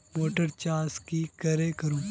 Motor चास की करे करूम?